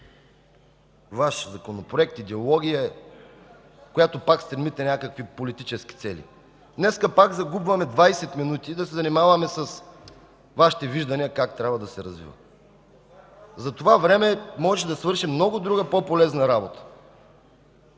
Ваш законопроект, идеология, с която пак се стремите към някакви политически цели. Днес пак губим 20 минути да се занимаваме с Вашите виждания как трябва да се развиваме. За това време можеше да свършим много друга по-полезна работа.